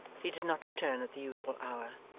he did not return at the usual hour,